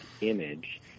image